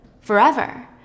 forever